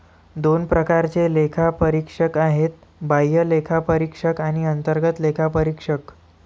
दोन प्रकारचे लेखापरीक्षक आहेत, बाह्य लेखापरीक्षक आणि अंतर्गत लेखापरीक्षक